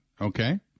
Okay